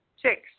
Six